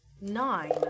Nine